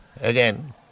again